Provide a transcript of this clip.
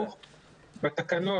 מה שלא מוגבל מותר.